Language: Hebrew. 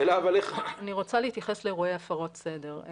השאלה אבל איך --- אני רוצה להתייחס לאירועי הפרות סדר.